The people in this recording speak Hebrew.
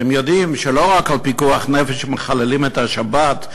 אתם יודעים שלא רק על פיקוח נפש מחללים את השבת,